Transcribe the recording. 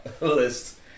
list